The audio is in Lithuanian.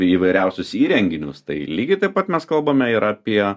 įvairiausius įrenginius tai lygiai taip pat mes kalbame ir apie